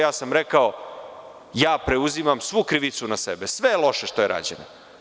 Ja sam rekao, preuzimam svu krivicu na sebe, sve loše što je rađeno.